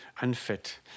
unfit